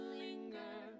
linger